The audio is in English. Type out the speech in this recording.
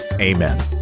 Amen